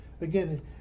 Again